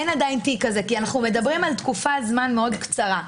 אין עדיין תיק כזה כי אנחנו מדברים על תקופת זמן מאוד קצרה.